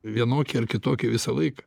vienokį ar kitokį visą laiką